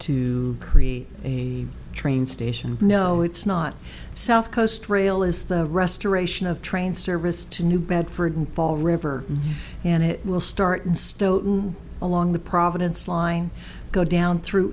to create a train station no it's not south coast rail is the restoration of train service to new bedford paul river and it will start in stowe along the providence line go down through